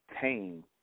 tame